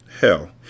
Hell